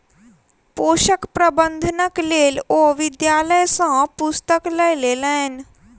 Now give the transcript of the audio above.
पोषक प्रबंधनक लेल ओ विद्यालय सॅ पुस्तक लय लेलैन